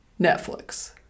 Netflix